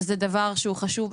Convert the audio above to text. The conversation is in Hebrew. שזה דבר שהוא חשוב.